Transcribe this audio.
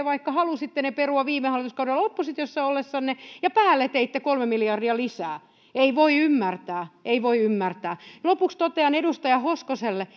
vaikka halusitte ne perua viime hallituskaudella oppositiossa ollessanne ja päälle teitte kolme miljardia lisää ei voi ymmärtää ei voi ymmärtää lopuksi totean edustaja hoskoselle